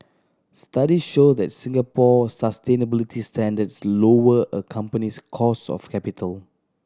studies show that Singapore sustainability standards lower a company's cost of capital